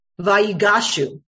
Vayigashu